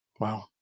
Wow